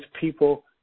people